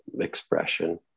expression